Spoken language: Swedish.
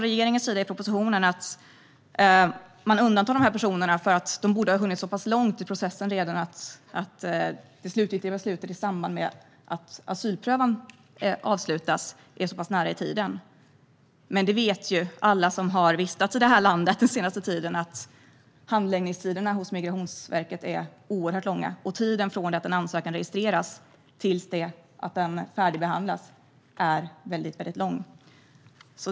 Regeringen hävdar i propositionen att man undantar de här personerna därför att de redan borde ha hunnit så pass långt i processen att det slutgiltiga beslutet efter att asylprövningen avslutas ligger så pass nära i tiden. Men alla som har vistats i det här landet den senaste tiden vet ju att handläggningstiderna hos Migrationsverket är oerhört långa. Tiden från det att en ansökan registreras tills att den är färdigbehandlad är väldigt lång.